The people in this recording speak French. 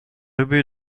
ubu